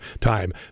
time